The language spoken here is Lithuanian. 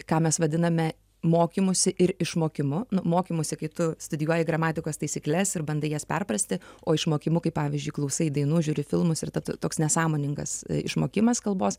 ką mes vadiname mokymusi ir išmokimu mokymusi kai tu studijuoji gramatikos taisykles ir bandai jas perprasti o išmokimu kai pavyzdžiui klausai dainų žiūri filmus ir ta toks nesąmoningas išmokimas kalbos